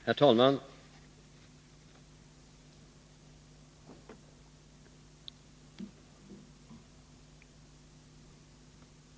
Herr talman!